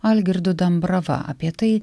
algirdu dambrava apie tai